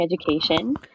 education